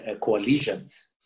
coalitions